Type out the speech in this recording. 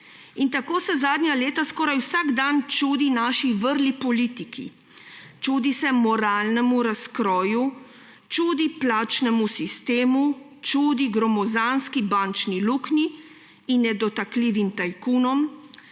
Tako se zadnja leta skoraj vsak dan čudi naši vrli politiki. Čudi se moralnemu razkroju, čudi plačnemu sistemu, čudi gromozanski bančni luknji in nedotakljivim tajkunom,